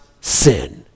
sin